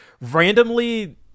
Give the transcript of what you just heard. randomly